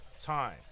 time